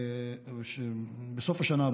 בסוף השנה,